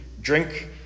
drink